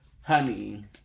honey